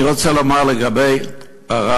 אני רוצה לומר לגבי ערד,